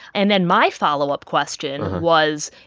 and then my follow-up question was,